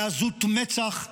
בעזות מצח,